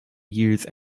years